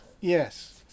Yes